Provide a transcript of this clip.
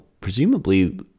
presumably